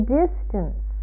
distance